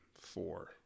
Four